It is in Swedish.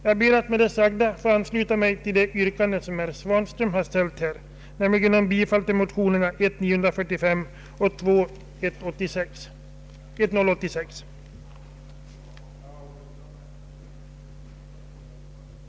Jag ber att med det sagda få ansluta mig till det yrkande som herr Svanström har framställt, nämligen om bifall till de nyss nämnda motionerna.